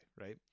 right